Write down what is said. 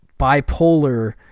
bipolar